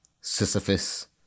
Sisyphus